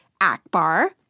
Akbar